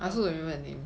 love me